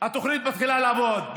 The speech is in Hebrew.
והתוכנית מתחילה לעבוד,